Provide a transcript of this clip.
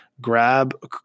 Grab